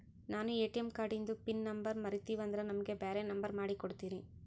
ನಾನು ಎ.ಟಿ.ಎಂ ಕಾರ್ಡಿಂದು pin number ಮರತೀವಂದ್ರ ನಮಗ ಬ್ಯಾರೆ ನಂಬರ್ ಮಾಡಿ ಕೊಡ್ತೀರಿ?